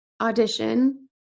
audition